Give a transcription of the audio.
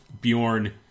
Bjorn